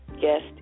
guest